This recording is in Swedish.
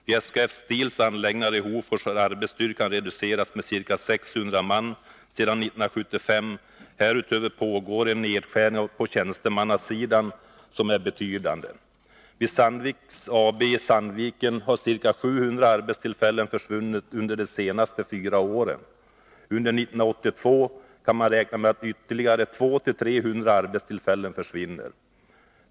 Vid SKF Steels anläggningar i Hofors har arbetsstyrkan reducerats med ca 600 man sedan 1975. Härutöver pågår en nedskärning på tjänstemannasidan, som är betydande. Vid Sandvik AB i Sandviken har ca 700 arbetstillfällen försvunnit under de senaste fyra åren. Under 1982 kan man räkna med att ytterligare 200-300 arbetstillfällen försvinner.